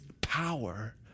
power